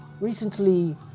recently